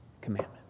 commandment